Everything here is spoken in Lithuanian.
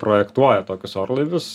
projektuoja tokius orlaivius